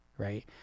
right